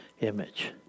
image